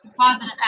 positive